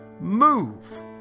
move